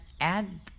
add